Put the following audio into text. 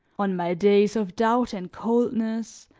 on my days of doubt and coldness,